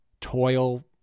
Toil